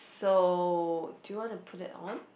so do you want to put that on